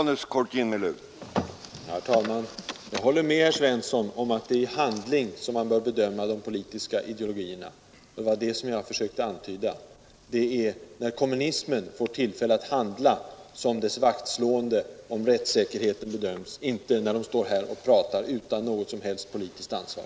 Herr talman! Jag håller med herr Svensson i Malmö om att det är i handling som de politiska rörelserna bör bedömas, och det var det jag försökte antyda. Det är när kommunisterna får tillfälle att handla, som deras vaktslående om rättssäkerheten skall bedömas, inte när de står här och pratar utan något som helst politiskt ansvar.